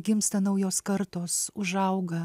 gimsta naujos kartos užauga